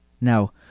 Now